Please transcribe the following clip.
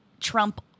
Trump